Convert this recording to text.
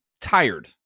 tired